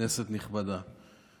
כנסת נכבדה,